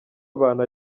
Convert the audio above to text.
abantu